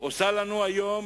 עושה לנו היום